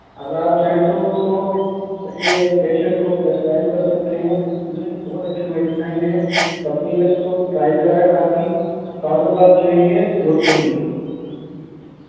اگر آپ چاہیں تو اس کو اپنے پیشنٹ کو پرسکرائب کر سکتے ہیں یہ بہت اچھی میڈیسائن ہے کمپنی میں اس کو ائل کرا ہے کافی سالوں بعد جو ہے یہ ڈپت ہوئی ہے